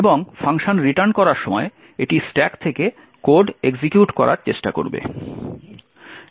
এবং function return করার সময় এটি স্ট্যাক থেকে কোড এক্সিকিউট করার চেষ্টা করবে